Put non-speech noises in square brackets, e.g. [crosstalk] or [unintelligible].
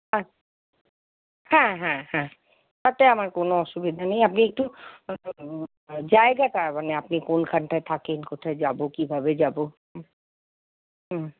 [unintelligible] হ্যাঁ হ্যাঁ হ্যাঁ তাতে আমার কোনো অসুবিধা নেই আপনি একটু জায়গাটা মানে আপনি কোনখানটায় থাকেন কোথায় যাব কীভাবে যাব হুম হুম